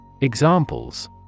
Examples